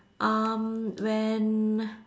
um when